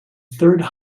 third